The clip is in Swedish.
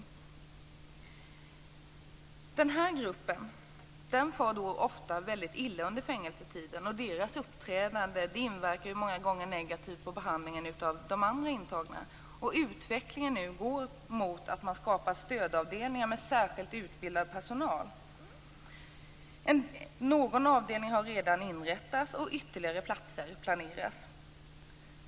Gruppen psykiskt störda far ofta väldigt illa under fängelsetiden. De här människornas uppträdande inverkar många gånger negativt på behandlingen av de andra intagna. Nu går utvecklingen mot att det skapas stödavdelningar med särskilt utbildad personal. Någon avdelning har redan inrättats, och ytterligare platser planeras.